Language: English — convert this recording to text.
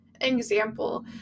example